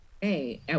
hey